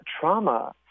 trauma